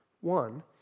One